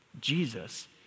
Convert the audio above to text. Jesus